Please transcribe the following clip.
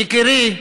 יקירי,